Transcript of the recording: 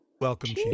Welcome